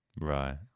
Right